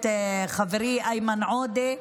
הכנסת חברי איימן עודה,